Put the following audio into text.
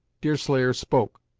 deerslayer spoke.